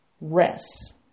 Rest